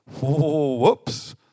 Whoops